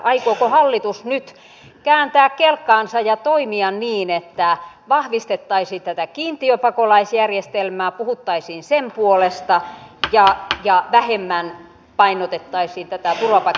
aikooko hallitus nyt kääntää kelkkaansa ja toimia niin että vahvistettaisiin tätä kiintiöpakolaisjärjestelmää puhuttaisiin sen puolesta ja vähemmän painotettaisiin tätä turvapaikkamatkailua